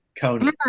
Cody